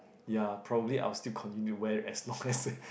ya probably I'll still continue to wear as long as